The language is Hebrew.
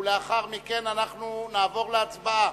ולאחר מכן אנחנו נעבור להצבעה.